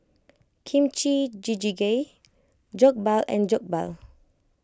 Kimchi Jjigae Jokbal and Jokbal